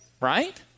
right